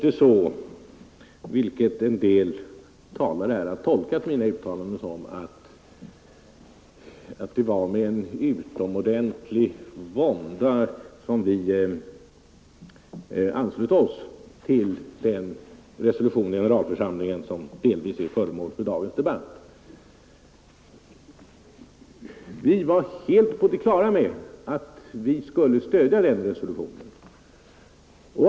En del talare har tolkat mina uttalanden som att det var med en utomordentlig vånda som vi anslöt oss till den resolution i generalförsamlingen som delvis är föremål för dagens debatt, men det förhåller sig inte så. Vi var helt på det klara med att vi skulle stödja den resolutionen.